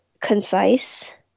concise